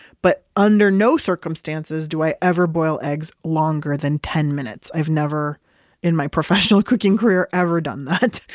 but under no circumstances do i ever boil eggs longer than ten minutes. i've never in my professional cooking career ever done that.